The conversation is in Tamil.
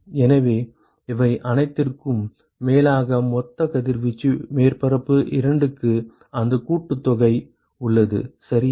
எனவே இவை அனைத்திற்கும் மேலாக மொத்த கதிர்வீச்சு மேற்பரப்பு 2 க்கு அந்த கூட்டுத்தொகை உள்ளது சரியாக